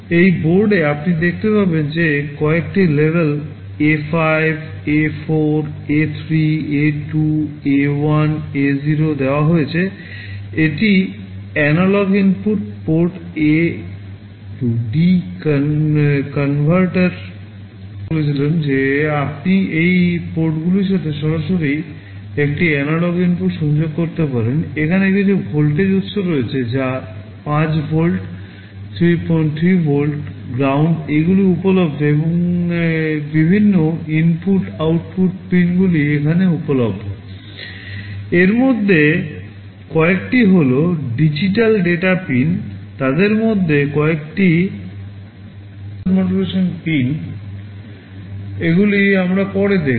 এই বোর্ডে এই কালো সংযোজকগুলি পিন এগুলি আমরা পরে দেখব